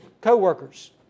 co-workers